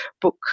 book